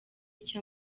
icyo